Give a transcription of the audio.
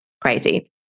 crazy